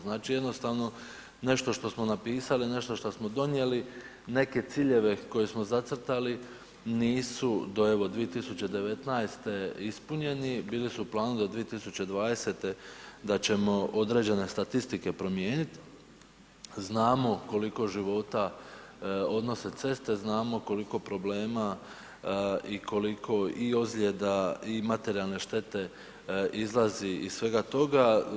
Znači jednostavno nešto što smo napisali, nešto što smo donijeli, neke ciljeve koje smo zacrtali nisu do evo 2019. ispunjeni, bili su u planu do 2020. da ćemo određene statistike promijenit, znamo koliko života odnose ceste, znamo koliko problema i koliko i ozljeda i materijalne štete izlazi iz svega toga.